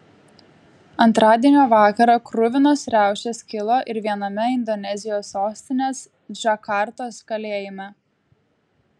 antradienio vakarą kruvinos riaušės kilo ir viename indonezijos sostinės džakartos kalėjime